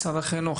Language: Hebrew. משרד החינוך,